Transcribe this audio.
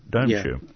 don't you?